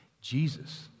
Jesus